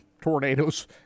tornadoes